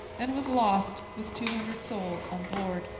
and was lost with two hundred souls on board.